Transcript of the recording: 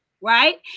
right